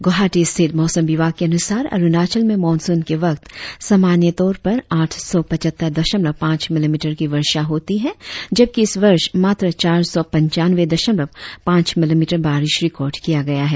ग्रवाहाटी स्थित मौसम विभाग के अनुसार अरुणाचल में मॉनसून के वक्त समान्य तौर पर आठ सौ पचहत्तर दशमलव पांच मिलीमीटर की वर्षा होती है जबकि इस वर्ष मात्र चार सौ पंचानवें दशमलव पांच मिलीमीटर बारीश रिकॉर्ड किया गया है